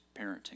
parenting